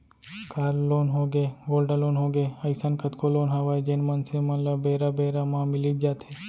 car loan होगे, gold loan होगे, अइसन कतको लोन हवय जेन मनसे मन ल बेरा बेरा म मिलीच जाथे